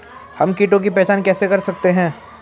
हम कीटों की पहचान कैसे कर सकते हैं?